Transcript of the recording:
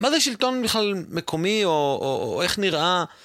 מה זה שלטון בכלל מקומי, או איך נראה?